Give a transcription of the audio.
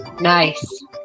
Nice